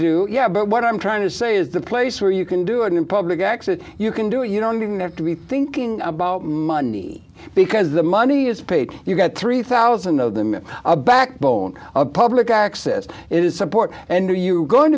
do yeah but what i'm trying to say is the place where you can do it in public access you can do it you don't even have to be thinking about money because the money is paid you've got three thousand of them in a backbone of public access is support and are you going